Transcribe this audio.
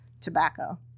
tobacco